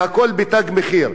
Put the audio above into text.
והכול ב"תג מחיר",